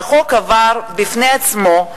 שהחוק עבר בפני עצמו,